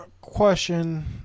question